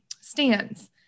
stands